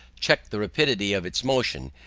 check the rapidity of its motion,